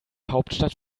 hauptstadt